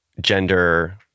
gender